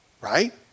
right